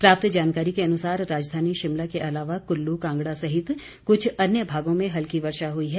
प्राप्त जानकारी के अनुसार राजधानी शिमला के अलावा कुल्लू कांगड़ा सहित कुछ अन्य भागों में हल्की वर्षा हुई है